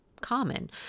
common